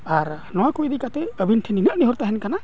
ᱟᱨ ᱱᱚᱣᱟᱠᱚ ᱤᱫᱤ ᱠᱟᱛᱮᱫ ᱟᱵᱤᱴᱷᱮᱱ ᱱᱤᱱᱟᱹᱜ ᱱᱮᱦᱚᱨ ᱛᱟᱦᱮᱱ ᱠᱟᱱᱟ